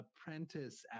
Apprentice